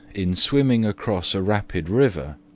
in swimming across a rapid river,